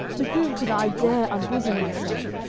to whom could i dare unbosom myself,